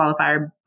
qualifier